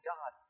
God